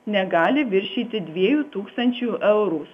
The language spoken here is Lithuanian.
negali viršyti dviejų tūkstančių eurų